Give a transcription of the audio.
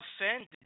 offended